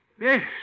Yes